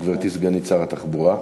גברתי סגנית שר התחבורה.